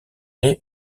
est